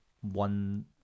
one